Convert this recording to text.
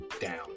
down